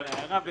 (היו"ר זאב בנימין בגין, 12:39)